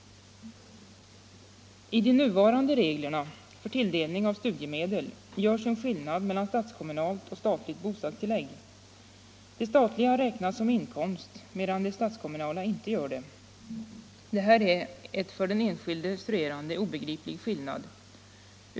I de nuvarande reglerna för tilldelning av studiemedel görs en skillnad mellan statskommunalt och statligt bostadstillägg. Det statliga räknas som inkomst medan det statskommunala inte gör det. Detta är en för den enskilde studerande obegriplig skillnad.